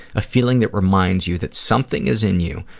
a feeling that reminds you that something is in you,